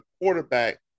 quarterback